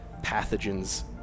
pathogens